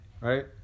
right